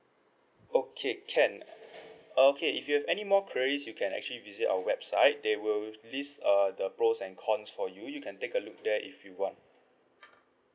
okay can uh okay if you have any more queries you can actually visit our website they will list uh the pros and cons for you you can take a look there if you want